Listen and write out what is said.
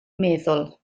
meddwl